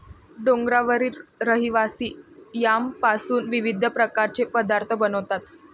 डोंगरावरील रहिवासी यामपासून विविध प्रकारचे पदार्थ बनवतात